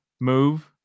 move